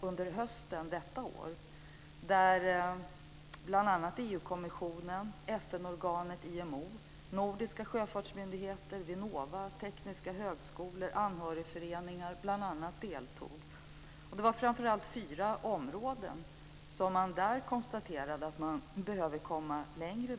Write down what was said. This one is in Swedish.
under hösten detta år, där bl.a. EU-kommissionen, FN organet IMO, nordiska sjöfartsmyndigheter, Vinnova, tekniska högskolor och anhörigföreningar deltog. Det var framför allt fyra områden där man konstaterade att man behövde komma längre.